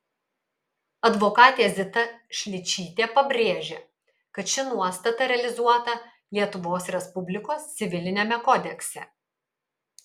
advokatė zita šličytė pabrėžia kad ši nuostata realizuota lietuvos respublikos civiliniame kodekse